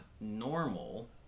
normal